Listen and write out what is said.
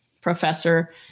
professor